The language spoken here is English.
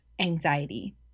anxiety